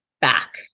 back